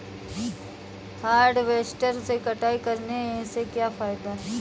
Harvester से कटाई करने से क्या फायदा है?